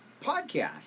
podcast